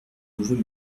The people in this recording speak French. nouveau